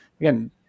again